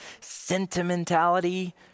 sentimentality